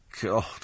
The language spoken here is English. God